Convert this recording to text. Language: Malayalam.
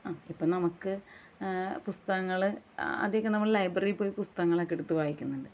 അ ഇപ്പോൾ നമുക്ക് പുസ്തകങ്ങൾ അധികം നമ്മൾ ലൈബ്രററിയിൽ പോയി പുസ്തകങ്ങളൊക്കെ എടുത്ത് വായിക്കുന്നുണ്ട്